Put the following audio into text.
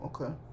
okay